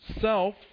self